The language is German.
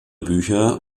bücher